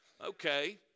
okay